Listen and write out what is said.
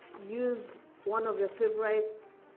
use one of your favorites